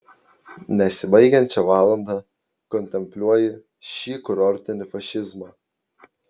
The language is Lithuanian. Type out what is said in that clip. nesibaigiančią valandą kontempliuoji šį kurortinį fašizmą